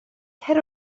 cer